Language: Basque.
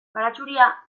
baratxuria